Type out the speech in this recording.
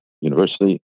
university